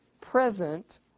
present